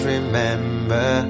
Remember